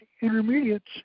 intermediates